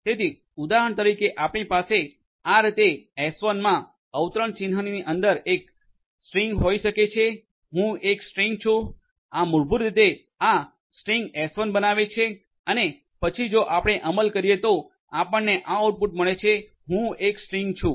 તેથી ઉદાહરણ તરીકે આપણી પાસે આ રીતે એસવન માં અવતરણ ચિહ્નની અંદર એક સ્ટ્રીંગ હોઇ શકે છે હું એક સ્ટ્રીંગ છું આ મૂળભૂત રીતે આ સ્ટ્રીંગ s1 બનાવે છે અને પછી જો આપણે અમલ કરીએ તો આપણને આ આઉટપુટ મળે છે હું એક સ્ટ્રીંગ છું